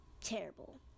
terrible